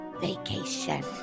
vacation